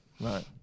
Right